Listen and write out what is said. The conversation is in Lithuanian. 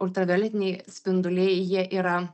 ultravioletiniai spinduliai jie yra